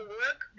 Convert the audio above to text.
work